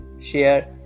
share